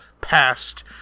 past